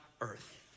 earth